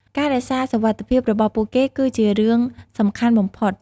ការរក្សាសុវត្ថិភាពរបស់ពួកគេគឺជារឿងសំខាន់បំផុត។